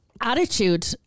attitude